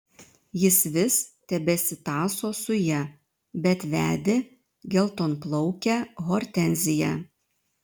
jis vis tebesitąso su ja bet vedė geltonplaukę hortenziją